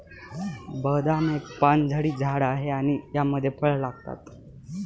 बदाम एक पानझडी झाड आहे आणि यामध्ये फळ लागतात